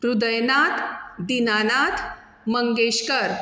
Hridaynath Dinanath Mangeshkar